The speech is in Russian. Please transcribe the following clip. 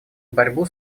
борьбу